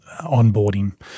onboarding